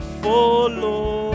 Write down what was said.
follow